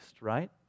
right